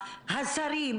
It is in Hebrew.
השרים,